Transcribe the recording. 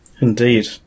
Indeed